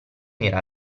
era